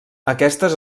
aquestes